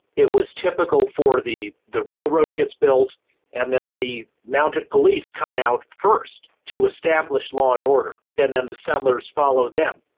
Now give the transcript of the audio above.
it was typical for, the the railroad gets built and then the mounted police come out first to establish law and order and then the settlers follow them.